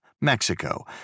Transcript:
Mexico